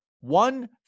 one